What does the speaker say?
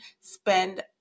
spend